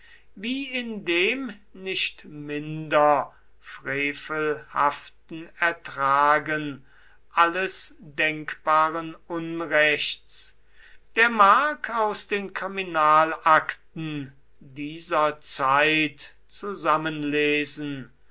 wie in dem nicht minder frevelhaften ertragen alles denkbaren unrechts der mag aus den kriminalakten dieser zeit zusammenlesen